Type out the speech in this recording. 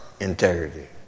integrity